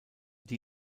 die